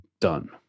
done